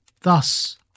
Thus